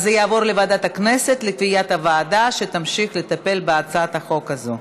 אז זה יעבור לוועדת הכנסת לקביעת הוועדה שתמשיך לטפל בהצעת החוק הזו.